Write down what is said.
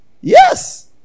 yes